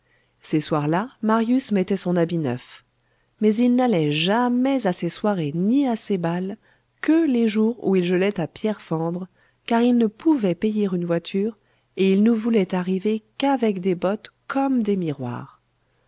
ces soirs là marius mettait son habit neuf mais il n'allait jamais à ces soirées ni à ces bals que les jours où il gelait à pierre fendre car il ne pouvait payer une voiture et il ne voulait arriver qu'avec des bottes comme des miroirs